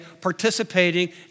participating